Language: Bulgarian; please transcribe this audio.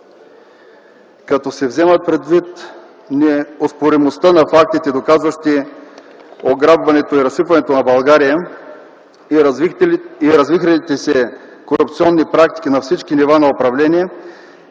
Като се вземат предвид неоспоримостта на фактите, доказващи ограбването и разсипването на България, и развихрилите се корупционни практики на всички нива на управление,